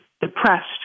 depressed